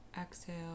exhale